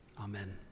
amen